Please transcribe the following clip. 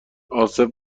عاصف